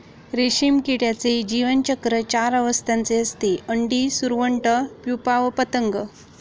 रेशीम किड्याचे जीवनचक्र चार अवस्थांचे असते, अंडी, सुरवंट, प्युपा व पतंग